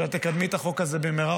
אני מקווה שאת תקדמי את החוק הזה במהרה